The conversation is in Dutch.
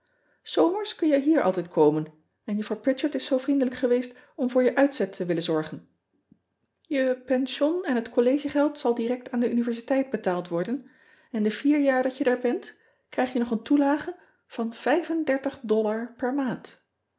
omers kun je hier altijd komen en uffrouw ritchard is zoo vriendelijk geweest om voor je uitzet te willen zorgen e pension en het collegegeld zal direct aan de universiteit betaald worden en de vier jaar dat je daar bent krijg je nog een toelage van per maand